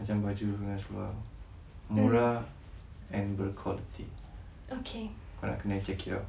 macam baju dengan seluar murah and berkualiti kau nak kene check it out